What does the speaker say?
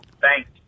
Thanks